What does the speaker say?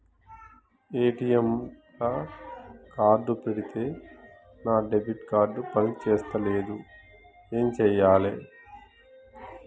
ATM లా card పెడితే నా డెబిట్ కార్డ్ పని చేస్తలేదు ఏం చేయాలే?